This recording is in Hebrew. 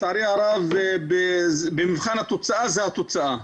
לצערי הרב במבחן התוצאה זו התוצאה.